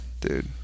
Dude